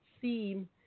seem